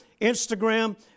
Instagram